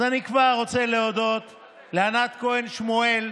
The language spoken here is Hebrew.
אז אני כבר רוצה להודות לענת כהן שמואל,